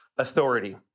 authority